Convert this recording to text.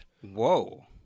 Whoa